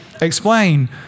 Explain